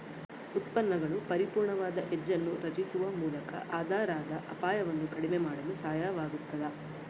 ಉತ್ಪನ್ನಗಳು ಪರಿಪೂರ್ಣವಾದ ಹೆಡ್ಜ್ ಅನ್ನು ರಚಿಸುವ ಮೂಲಕ ಆಧಾರದ ಅಪಾಯವನ್ನು ಕಡಿಮೆ ಮಾಡಲು ಸಹಾಯವಾಗತದ